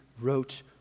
wrote